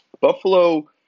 Buffalo